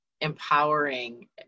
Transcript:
empowering